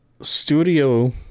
studio